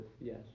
yes